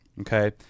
Okay